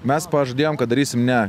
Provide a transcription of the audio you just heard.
mes pažadėjom kad darysim ne